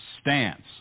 stance